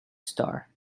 starr